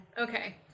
Okay